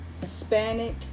Hispanic